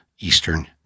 Eastern